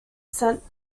sent